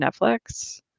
Netflix